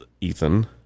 Ethan